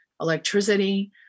electricity